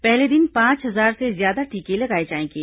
पहले दिन पांच हजार से ज्यादा टीके लगाए जाएंगे